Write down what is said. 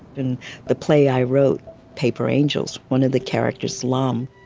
in the play i wrote, paper angels, one of the characters, lum,